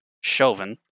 Chauvin